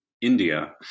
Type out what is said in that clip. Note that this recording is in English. India